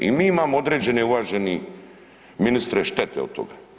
I mi imamo određene uvaženi ministre, štete od toga.